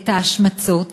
את ההשמצות